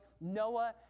Noah